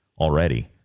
already